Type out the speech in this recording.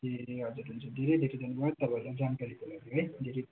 ए हजुर हजुर धेरै धेरै धन्यवाद तपाईँलाई जानकारीको लागि है